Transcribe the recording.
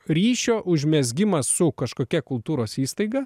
ryšio užmezgimą su kažkokia kultūros įstaiga